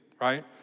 right